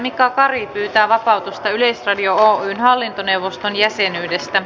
mika kari pyytää vapautusta yleisradio oyn hallintoneuvoston jäsenyydestä